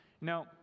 now